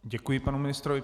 Děkuji panu ministrovi.